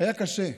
היה קשה.